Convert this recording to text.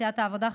סיעת העבודה,